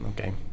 Okay